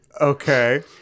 Okay